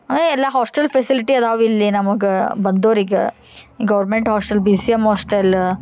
ಅವೆ ಎಲ್ಲ hostel facility ಅದವ ಇಲ್ಲಿ ನಮಗೆ ಬಂದ್ದೊರಿಗ government hostel B C M hostel